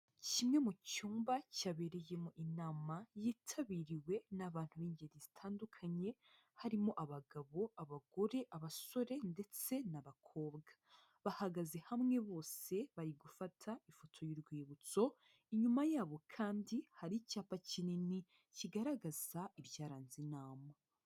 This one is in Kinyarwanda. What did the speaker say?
Kimwe mu cyumba cyabereyemo inama yitabiriwe n'abantu b'ingeri zitandukanye, harimo abagabo, abagore, abasore ndetse n'abakobwa, bahagaze hamwe bose bari gufata ifoto y'urwibutso, inyuma yabo kandi hari icyapa kinini kigaragaza ibyaranze inama.